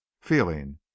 feeling